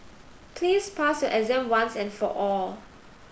please pass your exam once and for all